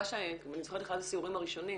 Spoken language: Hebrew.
גם אני זוכרת באחד הסיורים הראשונים,